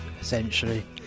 essentially